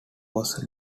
was